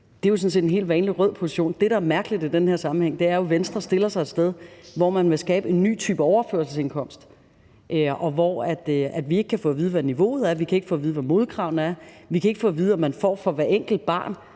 Det er jo sådan set en helt vanlig rød position. Det, der er mærkeligt i den her sammenhæng, er jo, at Venstre stiller sig et sted, hvor man vil skabe en ny type overførselsindkomst, og hvor vi ikke kan få at vide, hvad niveauet er; vi kan ikke få at vide, hvad modkravene er; vi kan ikke få at vide, om man får et beløb for hvert enkelt barn,